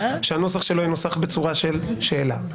שהנוסח שלו ינוסח בצורה של שאלה,